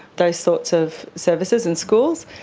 those sorts of services, and schools,